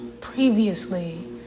previously